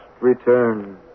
return